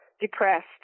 depressed